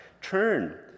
turn